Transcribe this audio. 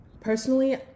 personally